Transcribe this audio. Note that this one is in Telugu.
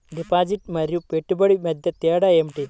డిపాజిట్ మరియు పెట్టుబడి మధ్య తేడా ఏమిటి?